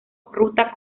ruta